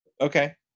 Okay